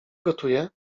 gotuje